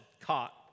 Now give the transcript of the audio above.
caught